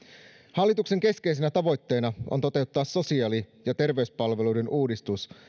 hallituksen keskeisenä tavoitteena on toteuttaa sosiaali ja terveyspalveluiden uudistus